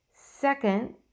Second